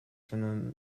from